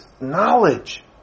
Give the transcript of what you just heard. knowledge